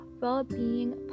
well-being